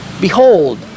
behold